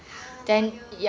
!huh! lawyer